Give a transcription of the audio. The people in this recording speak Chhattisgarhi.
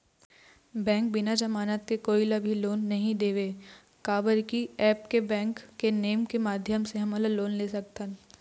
बैंक बिना जमानत के कोई ला भी लोन नहीं देवे का बर की ऐप बैंक के नेम के माध्यम से हमन लोन ले सकथन?